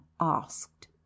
asked